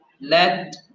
Let